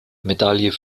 medaille